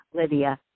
Lydia